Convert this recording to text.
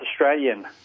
Australian